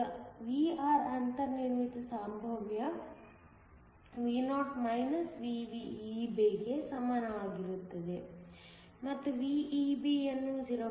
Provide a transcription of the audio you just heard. ಈಗ Vr ಅಂತರ್ನಿರ್ಮಿತ ಸಂಭಾವ್ಯ Vo VEB ಗೆ ಸಮನಾಗಿರುತ್ತದೆ ಮತ್ತು VEB ಅನ್ನು 0